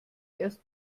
erst